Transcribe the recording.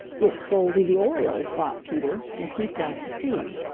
it's goldy the oriole, thought peter, and peeped out to see.